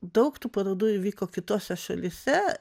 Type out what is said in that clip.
daug tų parodų įvyko kitose šalyse